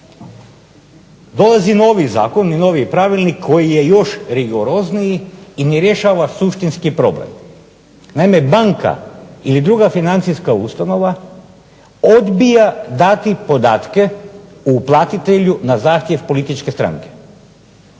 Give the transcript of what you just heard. Dolazi novi zakon i novi pravilnik koji je još rigorozniji i ne rješava suštinski problem. Naime banka ili druga financijska ustanova odbija dati podatke o uplatitelju na zahtjev političke stranke.